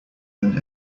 than